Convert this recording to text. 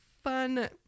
fun